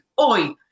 Oi